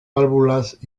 válvulas